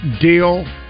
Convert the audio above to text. deal